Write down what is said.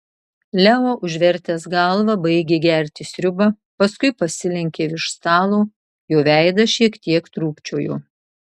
leo užvertęs galvą baigė gerti sriubą paskui pasilenkė virš stalo jo veidas šiek tiek trūkčiojo